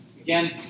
Again